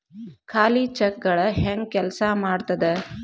ಖಾಲಿ ಚೆಕ್ಗಳ ಹೆಂಗ ಕೆಲ್ಸಾ ಮಾಡತದ?